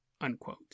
Unquote